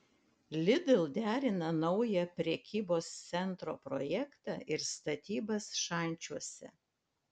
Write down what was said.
lidl derina naują prekybos centro projektą ir statybas šančiuose